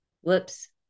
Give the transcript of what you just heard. Whoops